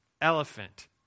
elephant